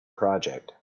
project